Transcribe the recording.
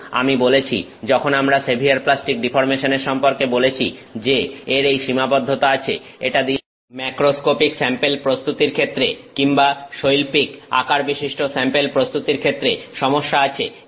কিন্তু আমি বলেছি যখন আমরা সেভিয়ার প্লাস্টিক ডিফর্মেশনের সম্পর্কে বলেছি যে এর এই সীমাবদ্ধতা আছে এটা দিয়ে ম্যাক্রোস্কোপিক স্যাম্পেল প্রস্তুতির ক্ষেত্রে কিংবা শৈল্পিক আকারবিশিষ্ট স্যাম্পেল প্রস্তুতির ক্ষেত্রে সমস্যা আছে